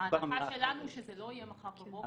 אבל ההערכה שלנו שזה לא יהיה מחר בבוקר.